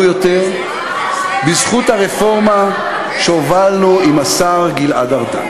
יותר בזכות הרפורמה שהובלנו עם השר גלעד ארדן.